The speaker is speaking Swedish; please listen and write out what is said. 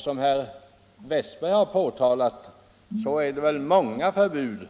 Som herr Westberg i Ljusdal framhöll har vi många förbud